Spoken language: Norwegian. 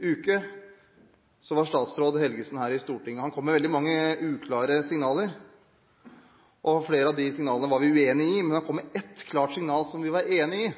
uke var statsråd Helgesen her i Stortinget. Han kom med veldig mange uklare signaler, og flere av de signalene var vi uenig i. Men han kom med ett klart signal, som vi var enig i,